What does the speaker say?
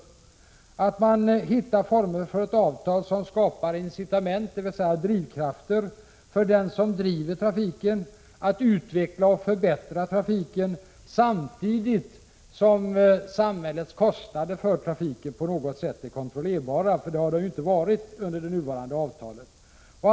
Man bör hitta former för ett avtal som skapar incitament för den som driver trafiken att utveckla och förbättra den, samtidigt som samhällets kostnader på något sätt skall vara kontrollerbara. Det har de inte varit under den nu pågående avtalstiden.